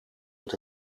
het